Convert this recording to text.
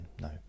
no